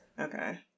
Okay